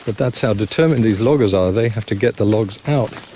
that's how determined these loggers are. they have to get the logs out